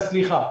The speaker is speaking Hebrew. אז, סליחה.